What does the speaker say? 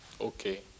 Okay